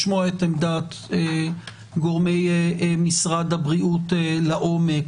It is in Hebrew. לשמוע את גורמי משרד הבריאות לעומק